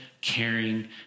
caring